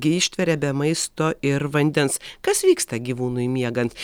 gi ištveria be maisto ir vandens kas vyksta gyvūnui miegant